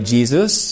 Jesus